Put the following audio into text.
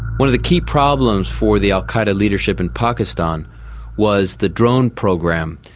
one of the key problems for the al qaeda leadership in pakistan was the drone program,